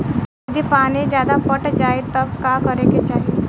यदि पानी ज्यादा पट जायी तब का करे के चाही?